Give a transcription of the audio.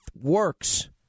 works